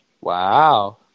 Wow